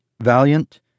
valiant